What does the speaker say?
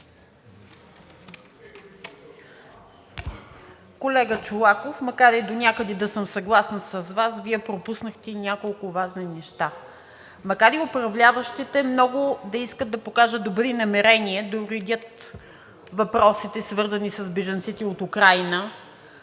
Колега Чолаков, макар и донякъде да съм съгласна с Вас, Вие пропуснахте няколко важни неща. Макар и управляващите много да искат да покажат добри намерения – да уредят въпросите, свързани с бежанците от Украйна,